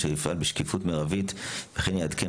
אשר יפעל בשקיפות מירבית וכן יעדכן